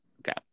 Okay